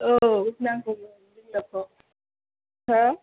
औ नांगौमोन लिंलाबखौ हो